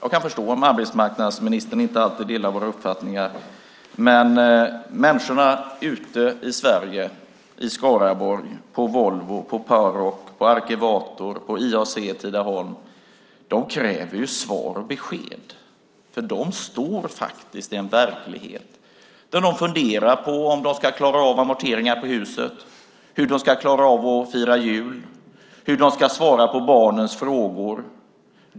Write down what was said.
Jag kan förstå om arbetsmarknadsministern inte alltid delar våra uppfattningar, men människorna ute i Sverige, i Skaraborg, på Volvo, på Paroc, på Arkivator, på IAC i Tidaholm kräver svar och besked. De står faktiskt i en verklighet där de funderar på om de ska klara av amorteringar på huset, hur de ska klara av att fira jul, hur de ska svara på barnens frågor.